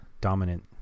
dominant